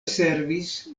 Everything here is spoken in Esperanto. servis